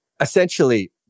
essentially